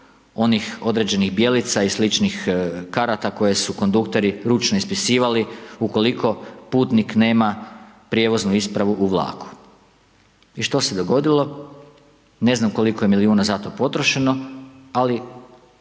onih određenih bjelica i sličnih karata koje su kondukteri ručno ispisivali ukoliko putnik nema prijevoznu ispravu u vlaku. I što se dogodilo? Ne znam koliko je milijuna za to potrošeno ali